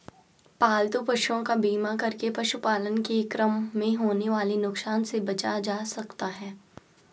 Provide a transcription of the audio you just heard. पालतू पशुओं का बीमा करके पशुपालन के क्रम में होने वाले नुकसान से बचा जा सकता है